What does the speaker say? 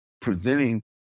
presenting